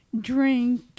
drink